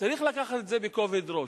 צריך לקחת את זה בכובד ראש.